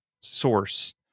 source